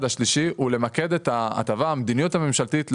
המדיניות הממשלתית,